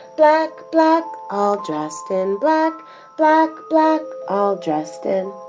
black, black. all dressed in black, black, black. all dressed in